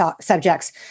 subjects